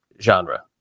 genre